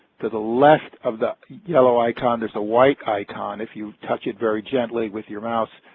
to the left of the yellow icon, there's a white icon. if you touch it very gently with your mouse,